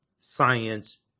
science